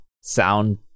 sound